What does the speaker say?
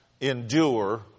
endure